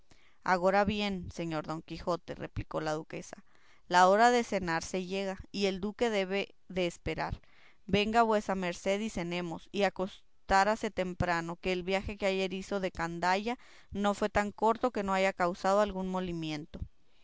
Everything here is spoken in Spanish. agora bien señor don quijote replicó la duquesa la hora de cenar se llega y el duque debe de esperar venga vuesa merced y cenemos y acostaráse temprano que el viaje que ayer hizo de candaya no fue tan corto que no haya causado algún molimiento